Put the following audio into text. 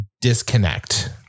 disconnect